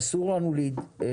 אסור לנו להתפזר.